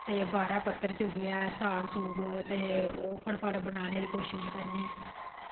ते बाहरा चुगियै ओह् पत्तर साफ करी फटाैफट बनाने दी कोशिश करनी